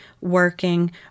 working